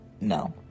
No